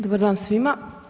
Dobar dan svima.